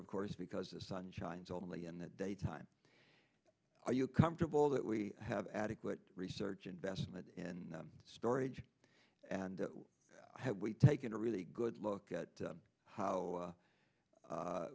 of course because the sun shines only in the daytime are you comfortable that we have adequate research investment in storage and have we taken a really good look at how